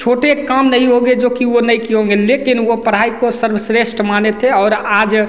छोटे काम नहीं होंगे जो कि वो नहीं किए होंगे लेकिन वो पढ़ाई को सर्वश्रेष्ठ माने थे और आज